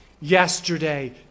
yesterday